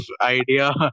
idea